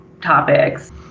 topics